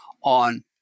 on